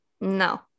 no